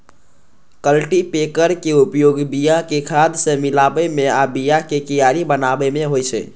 cultipacker के उपयोग बिया कें खाद सं मिलाबै मे आ बियाक कियारी बनाबै मे होइ छै